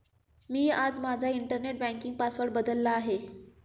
मी आज माझा internet banking password बदलला आहे